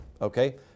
okay